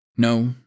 No